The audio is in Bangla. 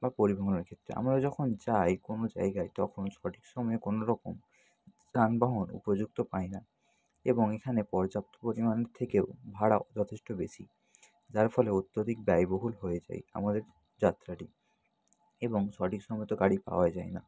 বা পরিবহনের ক্ষেত্রে আমরা যখন যাই কোনো জায়গায় তখন সঠিক সময়ে কোনোরকম যানবাহন উপযুক্ত পাই না এবং এখানে পর্যাপ্ত পরিমান থেকেও ভাড়া যথেষ্ট বেশি যার ফলে অত্যধিক ব্যয়বহুল হয়ে যায় আমাদের যাত্রাটি এবং সঠিক সময়ে তো গাড়ি পাওয়াই যায় না